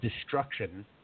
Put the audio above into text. destruction